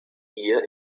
ihr